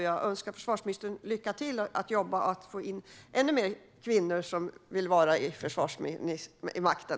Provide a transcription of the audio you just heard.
Jag önskar försvarsministern lycka till med att få in ännu fler kvinnor som vill arbeta inom Försvarsmakten.